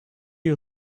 you